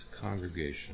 congregation